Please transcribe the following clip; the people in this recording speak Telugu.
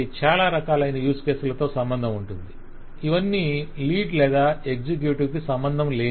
చాలా రకాలైన యూస్ కేసులతో సంబంధం ఉంటుంది ఇవన్నీ లీడ్ లేదా ఎగ్జిక్యూటివ్ కి సంబంధంలేనివి